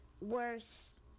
worse